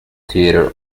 theatre